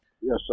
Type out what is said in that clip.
Yes